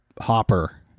hopper